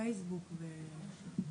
פייסבוק וטוויטר.